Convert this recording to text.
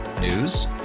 News